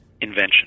invention